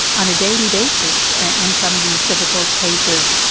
on a daily basis in some of these difficult cases,